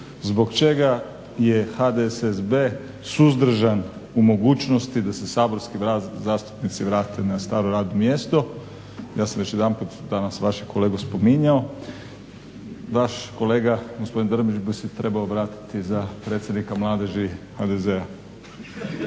zbog čega je HDSSB suzdržan u mogućnosti da se saborski zastupnici vrate na staro radno mjesto. Ja sam već jedanput danas vašeg kolegu spominjao. Vaš kolega gospodin Drmić bi se trebao vratiti za predsjednika mladeži HDZ-a.